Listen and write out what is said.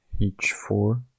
h4